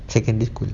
secondary school